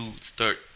start